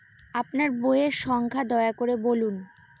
আপনার বইয়ের সংখ্যা দয়া করে বলুন?